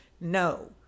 No